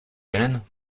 verano